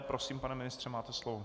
Prosím, pane ministře, máte slovo.